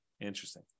Interesting